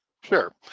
Sure